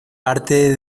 parte